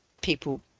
people